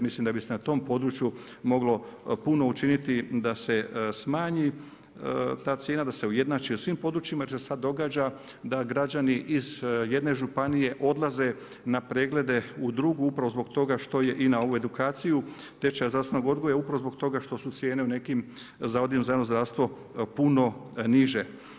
Mislim da bi se na tom području moglo puno učiniti da smanji ta cijena, da se ujednači u svim područjima jer se sad događa da građani iz jedne županije odlaze na preglede u drugu upravo zbog toga što je i na ovu edukaciju tečaja zdravstvenog odgoja upravo zbog toga što su cijene u nekim zavodima za javno zdravstvo puno niže.